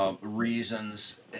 Reasons